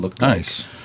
Nice